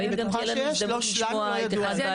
לנו לא ידוע.